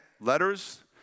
letters